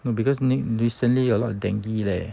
no because recently a lot of dengue leh